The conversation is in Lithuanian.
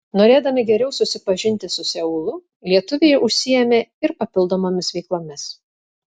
norėdami geriau susipažinti su seulu lietuviai užsiėmė ir papildomomis veiklomis